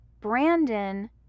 Brandon